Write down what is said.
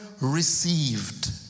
received